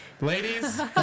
Ladies